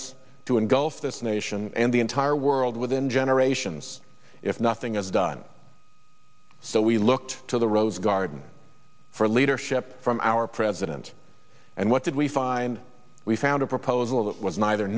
else this nation and the entire world within generations if nothing is done so we looked to the rose garden for leadership from our president and what did we find we found a proposal that was neither